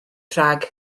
rhag